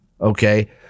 Okay